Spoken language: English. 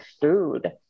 food